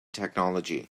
technology